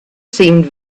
seemed